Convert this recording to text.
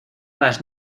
las